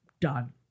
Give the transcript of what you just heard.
done